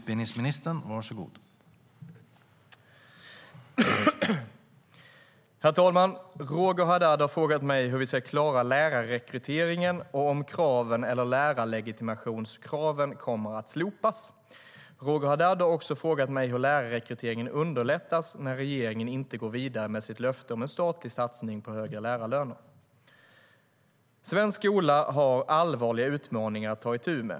Herr talman! Roger Haddad har frågat mig hur vi ska klara lärarrekryteringen och om kraven eller lärarlegitimationskravet kommer att slopas. Roger Haddad har också frågat mig hur lärarrekryteringen underlättas när regeringen inte går vidare med sitt löfte om en statlig satsning på högre lärarlöner. Svensk skola har allvarliga utmaningar att ta itu med.